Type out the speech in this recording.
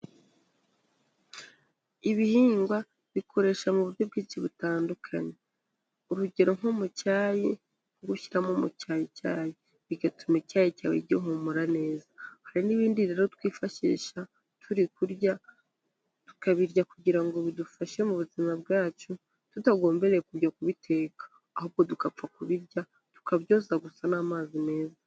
Ibihingwa bikoresha mu buryo bwinshi butandukanye: urugero nko mu cyayi nko gushyiramo mucyayicyayi bigatuma icyayi cyawe gihumura neza, hari n'ibindi rero twifashisha turi kurya tukabirya kugira ngo bidufashe mu buzima bwacu, tutagombeye kujya kubiteka ahubwo tugapfa kubirya tukabyoza gusa n'amazi meza.